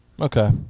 Okay